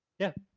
yeah